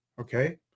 Okay